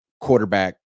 quarterback